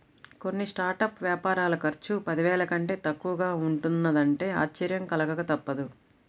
కొన్ని స్టార్టప్ వ్యాపారాల ఖర్చు పదివేల కంటే తక్కువగా ఉంటున్నదంటే ఆశ్చర్యం కలగక తప్పదు